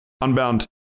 Unbound